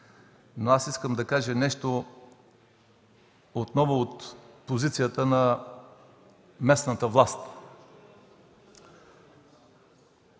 Искам да кажа нещо отново от позицията на местната власт.